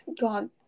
God